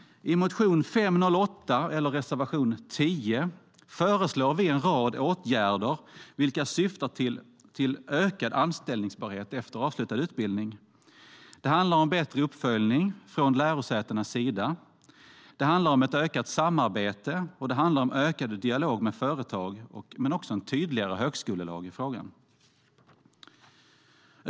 I motion Ub508, reservation 10, föreslår vi en rad åtgärder vilka syftar till ökad anställningsbarhet efter avslutad utbildning. Det handlar om bättre uppföljning från lärosätenas sida, ökat samarbete och ökad dialog med företag samt en tydligare högskolelag i frågan.